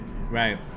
right